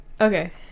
Okay